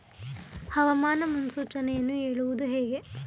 ಹವಾಮಾನ ಮುನ್ಸೂಚನೆಯನ್ನು ಹೇಳುವುದು ಹೇಗೆ?